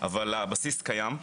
אבל הבסיס קיים.